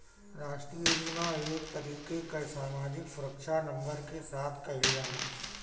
राष्ट्रीय बीमा एक तरीके कअ सामाजिक सुरक्षा नंबर के साथ कइल जाला